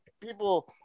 people